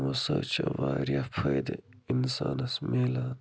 تِمو سۭتۍ چھُ وارِیاہ فٲیدٕ اِنسانس میلان